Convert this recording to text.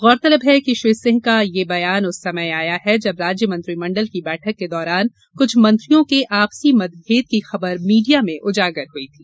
गौरतलब है कि श्री सिंह का यह बयान उस समय आया है जब राज्य मंत्रिमंडल की बैठक के दौरान कुछ मंत्रियों के आपसी मतभेद की खबर मीडिया में उजागर हई थी